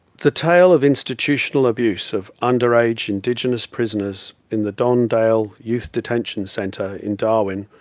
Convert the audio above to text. the tale of institutional abuse of underage indigenous prisoners in the don dale youth detention centre in darwin,